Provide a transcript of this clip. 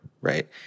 right